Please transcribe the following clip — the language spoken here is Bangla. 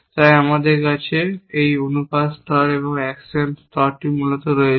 তাই আমাদের কাছে এই অনুপাত স্তর এবং অ্যাকশন স্তরটি মূলত রয়েছে